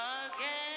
again